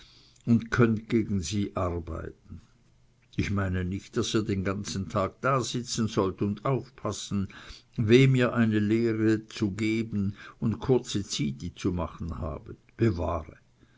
und könnt gegen sie arbeiten ich meine nicht daß ihr den ganzen tag da sitzen sollt und aufpassen wem ihr eine lehre zu geben und kurze zyti zu machen habet bewahre